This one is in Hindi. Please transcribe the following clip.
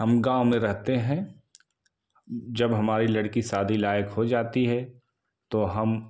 हम गाँव में रहते हैं जब हमारी लड़की शादी लायक हो जाती है तो हम